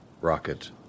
rocket